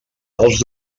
els